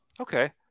Okay